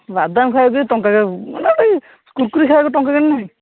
ବାଦାମ ଖାଇବାକୁ ଯେ ଟଙ୍କାଟେ ମାନେ ଗୋଟେ କୁରକୁରି ଖାଇବାକୁ ଟଙ୍କାଟେ ନାହିଁ